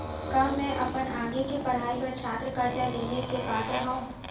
का मै अपन आगे के पढ़ाई बर छात्र कर्जा लिहे के पात्र हव?